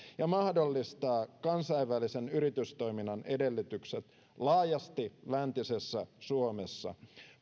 ja mahdollistaa kansainvälisen yritystoiminnan edellytykset laajasti läntisessä suomessa